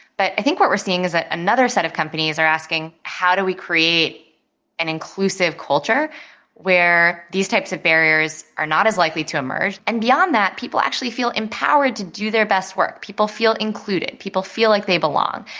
but i think what we're seeing is that another set of companies are asking, how do we create an inclusive culture where these types of barriers are not as likely to emerge? and beyond that, people actually feel empowered to do their best work. people feel included, people feel like they belong,